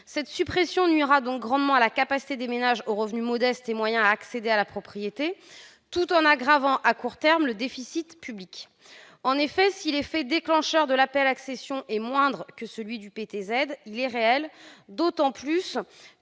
Cette suppression nuira donc grandement à la capacité des ménages aux revenus modestes et moyens d'accéder à la propriété, tout en aggravant, à court terme, le déficit public. En effet, si l'effet déclencheur de l'APL-accession est moindre que celui du PTZ, il est réel, et aura d'autant plus